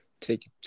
take